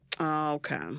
Okay